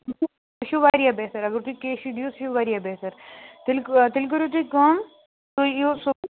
سُہ چھُ واریاہ بہتر اگر تُہۍ کیشی دِیِو سُہ چھُ واریاہ بہتر تیٚلہِ تیٚلہِ کٔرِو تُہۍ کٲم تُہۍ یِیِو